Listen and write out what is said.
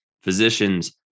physicians